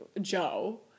Joe